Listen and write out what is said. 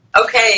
Okay